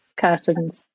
Curtains